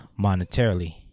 monetarily